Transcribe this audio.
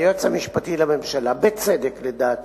היועץ המשפטי לממשלה, בצדק לדעתי,